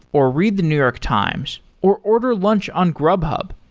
or read the new york times, or order lunch on grubhub,